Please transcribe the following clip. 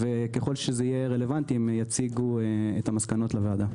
ככל שזה יהיה רלוונטי הם יציגו את המסקנות לוועדה.